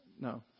No